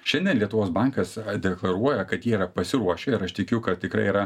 šiandien lietuvos bankas deklaruoja kad yra jie pasiruošę ir aš tikiu kad tikrai yra